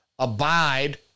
Abide